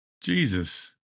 Jesus